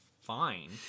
fine